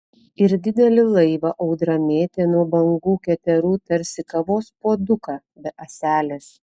ir didelį laivą audra mėtė nuo bangų keterų tarsi kavos puoduką be ąselės